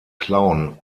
clown